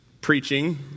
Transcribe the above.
preaching